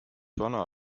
runner